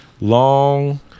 long